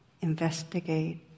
investigate